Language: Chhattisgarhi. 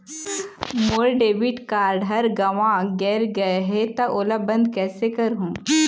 मोर डेबिट कारड हर गंवा गैर गए हे त ओला बंद कइसे करहूं?